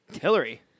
Hillary